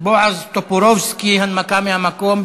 בועז טופורובסקי, הנמקה מהמקום.